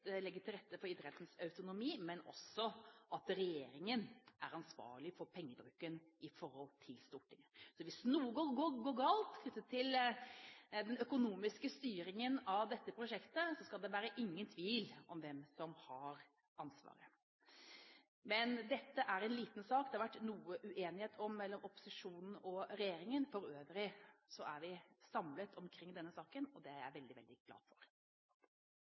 til rette for idrettens autonomi, men at regjeringen er ansvarlig overfor Stortinget for pengebruken. Hvis noe går galt med den økonomiske styringen av dette prosjektet, skal det ikke være noen tvil om hvem som har ansvaret. Men dette er en liten sak, der det har vært noe uenighet mellom opposisjonen og regjeringen. For øvrig står vi samlet i denne saken, og det er jeg veldig, veldig glad for.